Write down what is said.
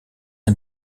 est